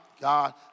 God